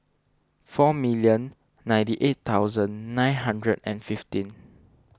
four million ninety eight thousand nine hundred and fifteen